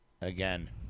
Again